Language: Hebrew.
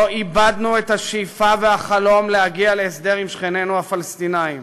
לא איבדנו את השאיפה והחלום להגיע להסדר עם שכנינו הפלסטינים,